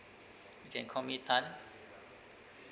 you can call me tan